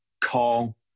call